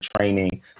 training